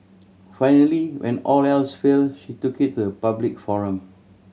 finally when all else failed she took it to the public forum